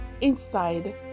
inside